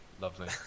Lovely